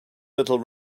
little